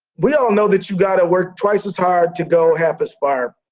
we all know that you got to work twice as hard to go half as far.